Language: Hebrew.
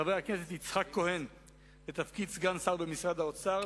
חבר הכנסת יצחק כהן בתפקיד סגן שר במשרד האוצר,